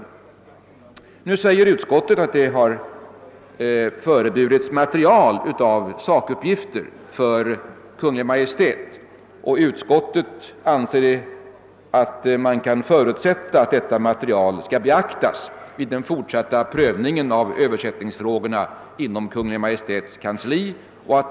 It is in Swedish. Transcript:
Vidare skriver utskottet att »ett inte obetydligt material av sakuppgifter ——— framlagts för Kungl. Maj:t. Utskottet anser det kunna förutsättas att detta material beaktas vid den fortsatta prövningen av Ööversättningsfrågorna inom Kungl. Maj:ts kansli.